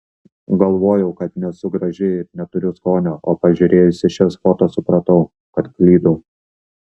galvojau kad nesu graži ir neturiu skonio o pažiūrėjusi šias foto supratau kad klydau